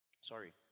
Sorry